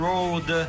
Road